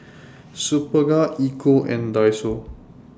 Superga Equal and Daiso